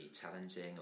challenging